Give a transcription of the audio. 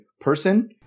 person